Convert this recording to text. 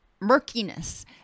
murkiness